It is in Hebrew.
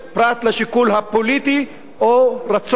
פרט לשיקול הפוליטי או רצון,